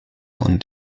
und